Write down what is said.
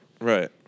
right